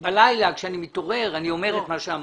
בלילה, כשאני מתעורר, אני אומר את מה שאמרת.